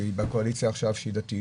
שהיא בקואליציה עכשיו שהיא דתית,